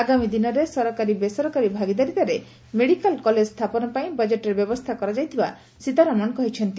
ଆଗାମୀ ଦିନରେ ସରକାର ବେସରକାରୀ ଭାଗିଦାରିତାରେ ମେଡିକାଲ କଲେଜ ସ୍ଥାପନ ପାଇଁ ବଜେଟ୍ରେ ବ୍ୟବସ୍ଥା କରାଯାଇଥିବା ସୀତାରମଣ କହିଛନ୍ତି